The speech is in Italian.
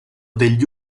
degli